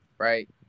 Right